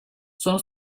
sono